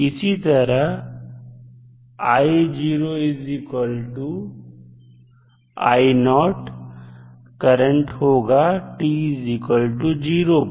इसी तरह iकरंट होगा t0 पर